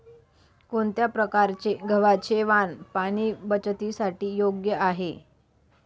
कोणत्या प्रकारचे गव्हाचे वाण पाणी बचतीसाठी योग्य आहे?